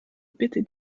bitte